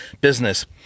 business